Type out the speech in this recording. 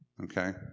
okay